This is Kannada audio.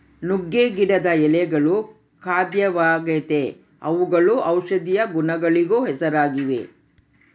ನುಗ್ಗೆ ಗಿಡದ ಎಳೆಗಳು ಖಾದ್ಯವಾಗೆತೇ ಅವುಗಳು ಔಷದಿಯ ಗುಣಗಳಿಗೂ ಹೆಸರಾಗಿವೆ